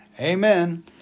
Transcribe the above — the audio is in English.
Amen